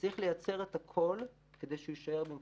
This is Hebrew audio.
וצריך לייצר את הכול כדי שהוא יישאר במקומו.